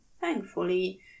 thankfully